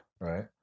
Right